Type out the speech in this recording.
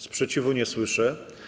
Sprzeciwu nie słyszę.